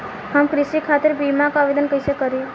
हम कृषि खातिर बीमा क आवेदन कइसे करि?